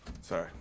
Sorry